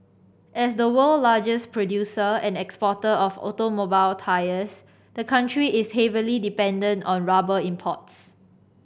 as the world's largest producer and exporter of automobile tyres the country is heavily dependent on rubber imports